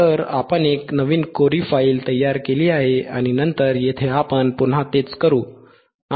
तर आपण एक नवीन कोरी फाईल तयार केली आहे आणि नंतर येथे आपण पुन्हा तेच करू